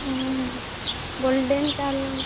hmm golden colour